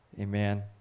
Amen